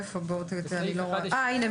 הנה,